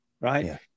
Right